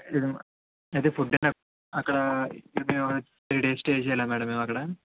అదే పొద్దున్న అక్కడ త్రీ డేస్ స్టే చెయ్యాలా మేడం మేము అక్కడ